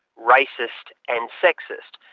racist and sexist,